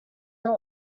not